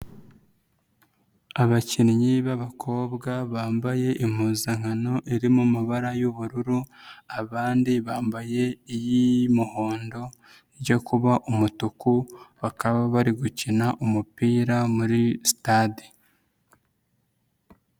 Abakinnyi b'abakobwa bambaye impuzankano iri mu mabara y'ubururu abandi bambaye iy'umuhondo ijya kuba umutuku bakaba bari gukina umupira muri sitade.